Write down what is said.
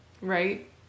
right